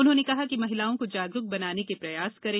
उन्होंने कहा कि महिलाओं को जागरूक बनाने के प्रयास करें